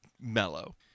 mellow